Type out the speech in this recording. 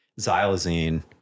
xylazine